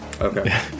Okay